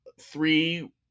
three